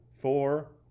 four